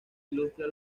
ilustra